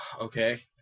Okay